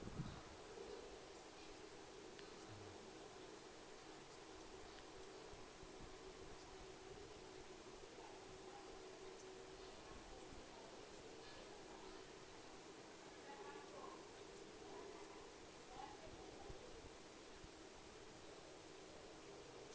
mm